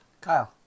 Kyle